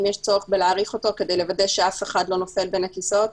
אם יש צורך בכך כדי להבטיח שאף אחד לא נופל בין הכיסאות?